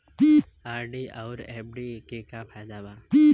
RD आउर FD के का फायदा बा?